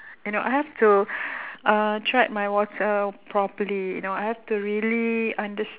you know I have to uh tread my water properly you know I have to really unders~